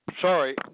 Sorry